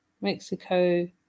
Mexico